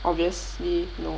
obviously no